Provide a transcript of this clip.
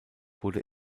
wurde